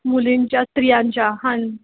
मुलींच्या स्त्रियांच्या हां